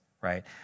right